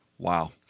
Wow